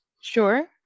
Sure